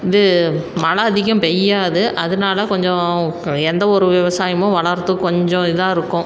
இது மழை அதிகம் பெய்யாது அதனால கொஞ்சம் எந்த ஒரு விவசாயமும் வளர்றதுக்கு கொஞ்சம் இதாக இருக்கும்